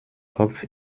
kopf